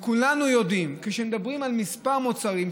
כולנו יודעים שמדברים על מספר מוצרים.